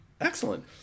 Excellent